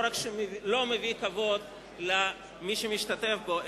לא רק שהוא לא מביא כבוד למי שמשתתף בו,